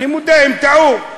אני מודה, הם טעו.